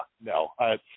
No